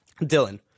Dylan